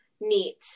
Neat